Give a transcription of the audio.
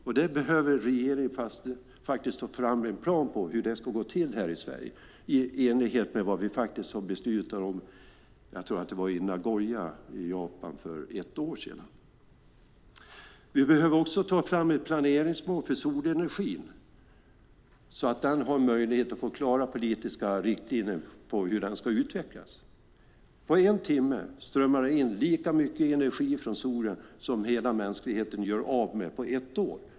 Regeringen behöver ta fram en plan för hur det ska gå till här i Sverige, i enlighet med vad som beslutades i Nagoya i Japan för ett år sedan. Vi behöver också ta fram ett planeringsmål för solenergin så att vi får klara politiska riktlinjer för hur den ska utvecklas. På en timme strömmar det in lika mycket energi från solen som hela mänskligheten gör av med på ett år.